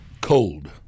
cold